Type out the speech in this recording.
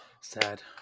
Sad